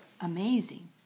Amazing